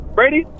Brady